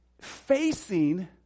Facing